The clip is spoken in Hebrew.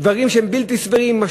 דברים שהם בלתי סבירים.